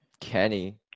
Kenny